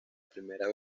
primera